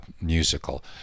musical